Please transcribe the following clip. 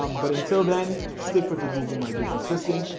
um but until then, stick with the google my business system.